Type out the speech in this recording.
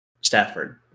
Stafford